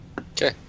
Okay